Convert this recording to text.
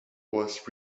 was